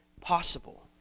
possible